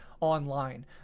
online